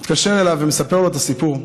הוא מתקשר אליו ומספר לו את הסיפור.